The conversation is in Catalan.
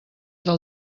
del